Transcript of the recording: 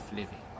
living